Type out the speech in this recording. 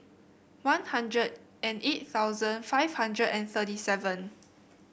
One Hundred and eight thousand five hundred and thirty seven